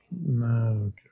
No